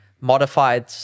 modified